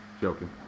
Joking